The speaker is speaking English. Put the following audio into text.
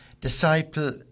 Disciple